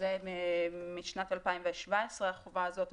שזה משנת 2017 החובה הזאת,